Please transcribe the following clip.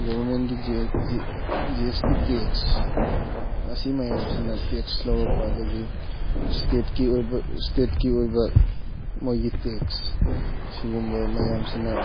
ꯒꯣꯕꯔꯃꯦꯟꯒꯤ G S T tax ꯑꯁꯤ ꯃꯌꯥꯝꯁꯤꯅ ꯇꯦꯛꯁ ꯂꯧꯔꯛꯄꯗꯒꯤ ꯏꯁꯇꯦꯠꯀꯤ ꯑꯣꯏꯕ ꯃꯣꯏꯒꯤ ꯇꯦꯛꯁ ꯁꯤꯒꯨꯝꯕ ꯃꯌꯥꯝꯁꯤꯅ